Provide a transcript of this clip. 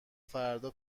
فردا